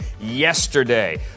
yesterday